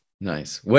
Nice